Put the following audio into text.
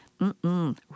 mm-mm